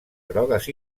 grogues